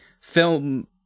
film